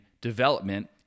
development